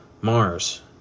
Mars